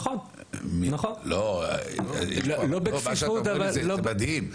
אני תקוע, לא עונים לי.